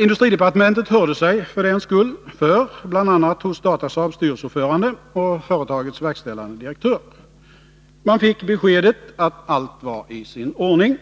Industridepartementet hörde sig för den skull för bl.a. hos Datasaabs styrelseordförande och företagets verkställande direktör. Man fick beskedet att allt var i sin ordning.